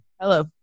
hello